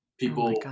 People